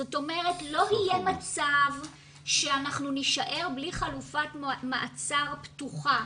זאת אומרת לא יהיה מצב שאנחנו נישאר בלי חלופת מעצר פתוחה.